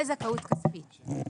וזכאות כספית.